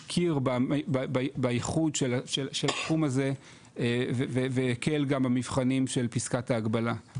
הכיר בייחוד של התחום הזה והקל גם במבחנים של פסקת ההגבלה.